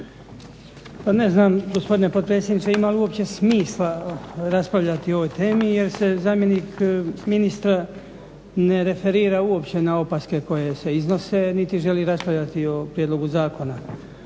ne znam gospodine potpredsjedniče ima li uopće smisla raspravljati o ovoj temi jer se zamjenik ministra ne referira uopće na opaske koje se iznose niti želi raspravljati o prijedlogu zakona.